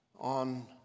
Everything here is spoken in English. on